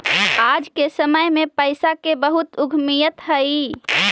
आज के समय में पईसा के बहुत अहमीयत हई